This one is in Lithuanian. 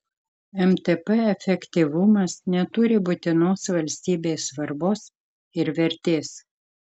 mtp efektyvumas neturi būtinos valstybei svarbos ir vertės